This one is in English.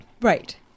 right